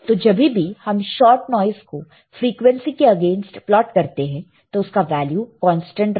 तो जभी भी हम शॉट नॉइस को फ्रीक्वेंसी के अगेंस्ट प्लॉट करते हैं तो उसका वैल्यू कांस्टेंट रहेगा